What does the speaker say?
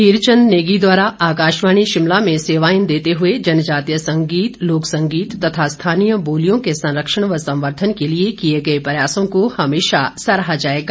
हीरचंद नेगी द्वारा आकाशवाणी शिमला में सेवाएं देते हुए जनजातीय संगीत लोक संगीत तथा स्थानीय बोलियों के संरक्षण व सम्वर्धन के लिए किए गए प्रयासों को हमेशा सराहा जाएगा